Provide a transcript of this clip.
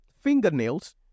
fingernails